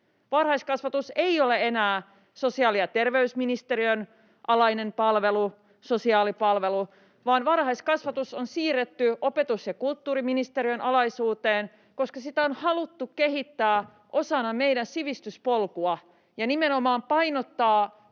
Varhaiskasvatus ei ole enää sosiaali- ja terveysministeriön alainen palvelu, sosiaalipalvelu, vaan varhaiskasvatus on siirretty opetus- ja kulttuuriministeriön alaisuuteen, koska sitä on haluttu kehittää osana meidän sivistyspolkua ja nimenomaan painottaa